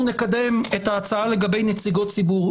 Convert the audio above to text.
אנחנו נקדם את ההצעה לגבי נציגות ציבור.